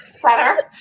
better